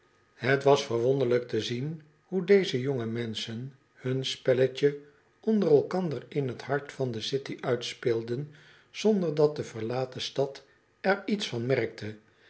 het was verwonderlijk te zien hoe deze jonge menschen hun spelletje onder elkander in t hart van de city uitspeelden zonder dat de verlaten stad er iets van merkte